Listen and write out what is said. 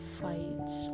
fights